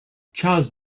charles